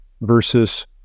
versus